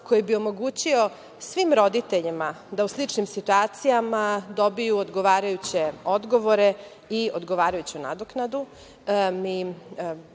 koji bi omogućio svim roditeljima da u sličnim situacijama dobiju odgovarajuće odgovore i odgovarajuću nadoknadu. Može